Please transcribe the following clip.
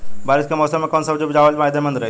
बारिश के मौषम मे कौन सब्जी उपजावल फायदेमंद रही?